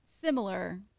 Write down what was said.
similar